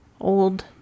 old